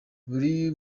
buri